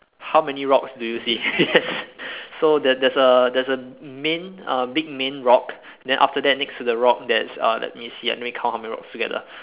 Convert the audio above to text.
how many rocks do you see yes so there there's a there's a main uh big main rock then after that next to the rock there's uh let me see ah let me count how many rocks altogether